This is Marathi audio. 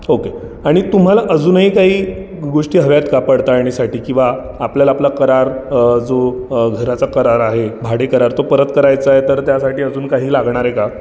ओके आणि तुम्हाला अजूनही काही गोष्टी हव्यात का पडताळणीसाठी किवा आपल्याला आपला करार जो घराचा करार आहे भाडेकरार तो परत करायचा आहे तर त्यासाठी अजून काही लागणार आहे का